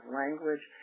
language